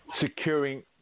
securing